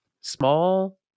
small